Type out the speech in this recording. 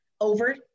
over